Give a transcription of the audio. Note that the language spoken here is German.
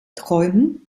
träumen